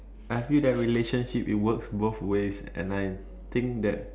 I feel that relationship it works both ways and I think that